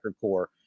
core